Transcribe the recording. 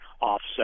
offset